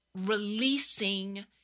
releasing